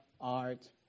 art